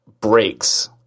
breaks